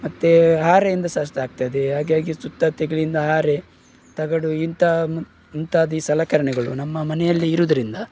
ಮತ್ತು ಹಾರೆಯಿಂದ ಸಹ ಅಷ್ಟು ಆಗ್ತದೆ ಹಾಗಾಗಿ ಸುತ್ತ ಹಾರೆ ತಗಡು ಇಂಥ ಇತ್ಯಾದಿ ಸಲಕರಣೆಗಳು ನಮ್ಮ ಮನೆಯಲ್ಲಿ ಇರುವುದ್ರಿಂದ